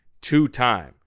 two-time